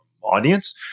audience